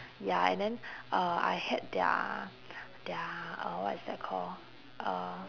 ya and then uh I had their their uh what is that call uh